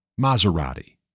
Maserati